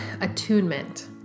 attunement